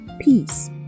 peace